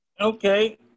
Okay